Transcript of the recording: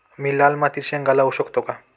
मी लाल मातीत शेंगा लावू शकतो का?